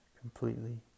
completely